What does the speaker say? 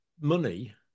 money